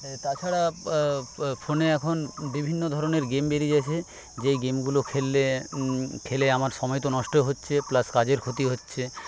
তাছাড়া ফোনে এখন বিভিন্ন ধরনের গেম বেরিয়ে গেছে যেই গেমগুলো খেললে খেলে আমার সময় তো নষ্ট হচ্ছে প্লাস কাজের ক্ষতি হচ্ছে